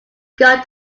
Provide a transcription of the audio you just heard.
guard